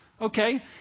Okay